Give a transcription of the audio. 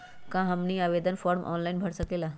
क्या हमनी आवेदन फॉर्म ऑनलाइन भर सकेला?